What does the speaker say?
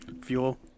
Fuel